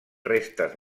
restes